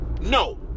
No